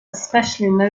especially